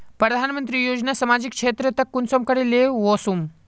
प्रधानमंत्री योजना सामाजिक क्षेत्र तक कुंसम करे ले वसुम?